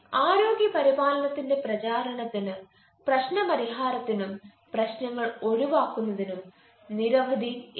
ആരോഗ്യ പരിപാലനത്തിന്റെ പ്രചരണത്തിന് പ്രശ്നപരിഹാരത്തിനും പ്രശ്നങ്ങൾ ഒഴിവാക്കുന്നതിനും നിരവധി എൻ